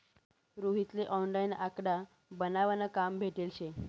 रोहित ले ऑनलाईन आकडा बनावा न काम भेटेल शे